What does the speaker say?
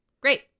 Great